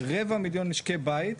רבע מיליון משקי בית,